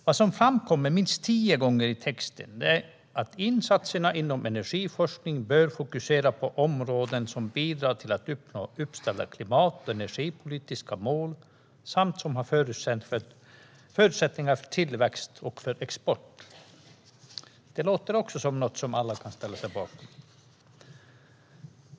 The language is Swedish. Vad som framkommer minst tio gånger i texten är att insatserna inom energiforskning bör fokusera på områden som bidrar till att uppnå uppställda klimat och energipolitiska mål samt som har förutsättningar för tillväxt och export. Det låter också som något som alla kan ställa sig bakom.